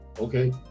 okay